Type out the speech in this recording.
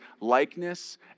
likeness